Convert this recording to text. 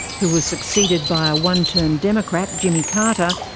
who was succeeded by a one-term democrat, jimmy carter,